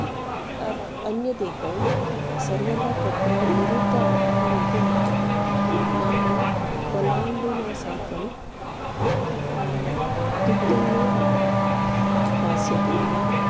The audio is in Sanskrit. इत् अन्यदेकं सर्वदा तत्र विरुद्ध आहारमिति वर्तते नाम पलाण्डुना साकं दुग्धं न पास्यति खिल